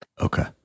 okay